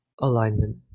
Alignment